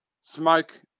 smoke